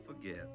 forget